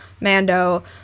Mando